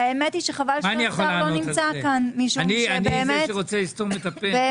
אני זה שרוצה לסתום את הפה?